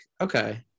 okay